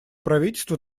правительства